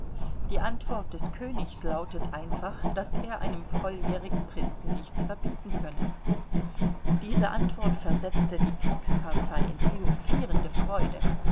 die antwort des königs lautet einfach daß er einem volljährigen prinzen nichts verbieten könne diese antwort versetzte die kriegspartei in triumphierende freude